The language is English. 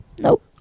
Nope